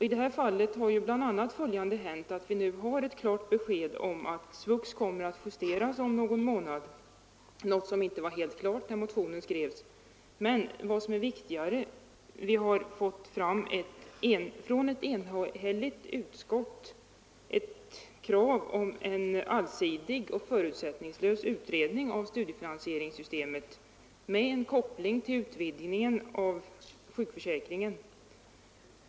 I det här fallet har bl.a. följande hänt: Vi har nu fått ett klart besked om att SVUX kommer att justeras om någon månad, något som inte var helt klart när motionen skrevs. Men vad som är viktigare är att ett enhälligt utskott ställt krav på en allsidig och förutsättningslös utredning av studiefinansieringssystemet med en koppling till en utvidgning av sjukförsäkringen.